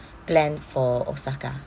planned for osaka